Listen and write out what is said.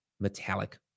metallic